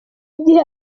gihe